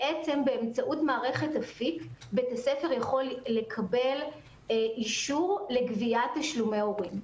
באמצעות מערכת אפיק בית הספר יכול לקבל אישור לגביית תשלומי הורים.